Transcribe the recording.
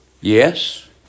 Yes